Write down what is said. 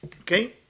Okay